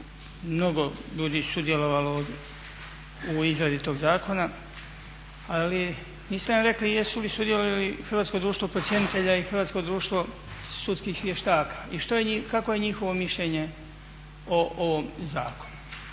mnogo ljudi sudjelovalo u izradi tog zakona, ali niste nam rekli jesu li sudjelovali Hrvatsko društvo procjenitelja i Hrvatsko društvo sudskih vještaka i kakvo je njihovo mišljenje o ovom zakonu.